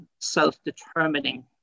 self-determining